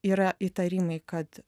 yra įtarimai kad